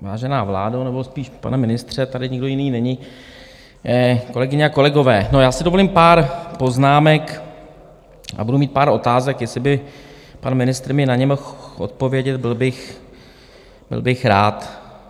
Vážená vládo, nebo spíš pane ministře , tady nikdo jiný není, kolegyně a kolegové, já si dovolím pár poznámek a budu mít pár otázek, jestli by pan ministr mi na ně mohl odpovědět, byl bych rád.